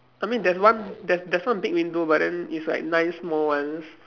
I mean there's one there's there's one big window but then it's like nine small ones